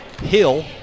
Hill